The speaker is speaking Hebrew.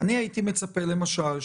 אני הייתי מצפה למשל,